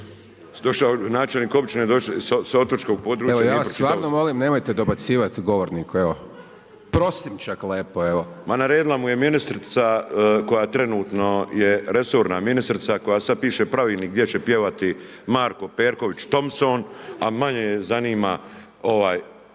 .../Upadica Hajdaš-Dončić: Evo, ja vas stvarno molim, nemojte dobacivati govorniku, evo. Prosim čak lepo, evo./... Ma naredila mu je ministrica koja trenutno je resorna ministrica, koja sad piše pravilnik gdje će pjevati Marko Perković Thompson, a manje je zanima ovaj